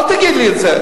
אל תגיד לי את זה.